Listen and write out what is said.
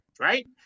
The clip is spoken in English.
Right